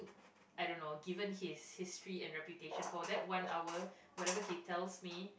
I don't know given his history and reputation for that one hour whatever he tells me